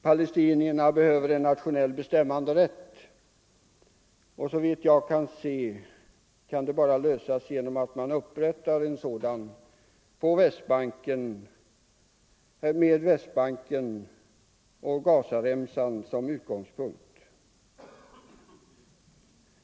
Palestinierna behöver en nationell bestämmanderätt, och så vitt jag kan se kan det bara lösas genom att man upprättar en stat med Västbanken och Gazaremsan som utgångspunkt.